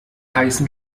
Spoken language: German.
heißen